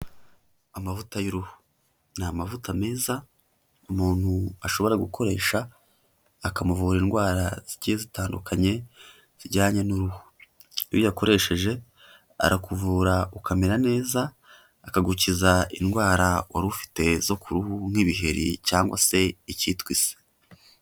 Amavuta y'uruhu, ni amavuta meza umuntu ashobora gukoresha akamuvura indwara zigiye zitandukanye zijyanye n'uruhu. Iyo uyakoresheje arakuvura ukamera neza, akagukiza indwara wari ufite zo ku ruhu nk'ibiheri cyangwa se ikitwa ise.